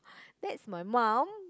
that's my mum